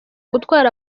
gutwara